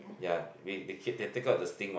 ya they they keep they take out the sting what